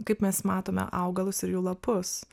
kaip mes matome augalus ir jų lapus